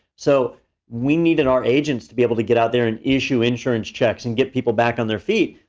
so we needed our agents to be able to get out there and issue insurance checks and get people back on their feet.